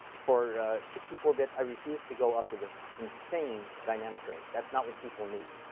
for sixty four bits, i refuse to go up to this insane dynamic range. that's not what people need.